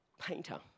Painter